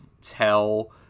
tell